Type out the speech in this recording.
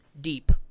deep